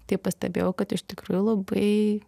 tai pastebėjau kad iš tikrųjų labai